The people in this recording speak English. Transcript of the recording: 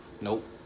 Nope